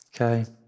Okay